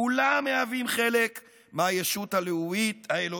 כולם מהווים חלק מהישות האלוהית.